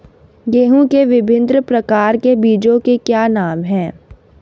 गेहूँ के विभिन्न प्रकार के बीजों के क्या नाम हैं?